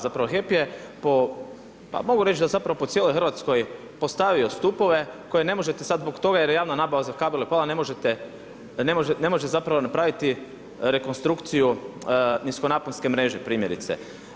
Zapravo HEP je pa mogu reći zapravo po cijeloj Hrvatskoj postavio stupove koje ne možete sada zbog toga jer je javna nabava za kabele pala ne može napraviti rekonstrukciju niskonaponske mreže primjerice.